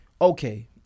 okay